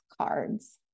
cards